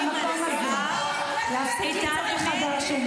אני --- שהוא יטפל בך.